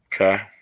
Okay